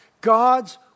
God's